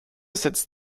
setzt